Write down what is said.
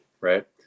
right